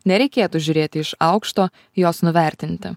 nereikėtų žiūrėti iš aukšto jos nuvertinti